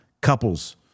couples